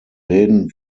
läden